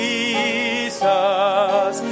Jesus